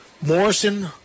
Morrison